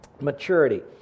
Maturity